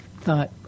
thought